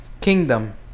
kingdom